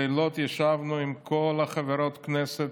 כל הקואליציה, לילות ישבנו עם כל חברות הכנסת